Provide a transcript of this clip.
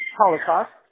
Holocaust